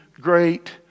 great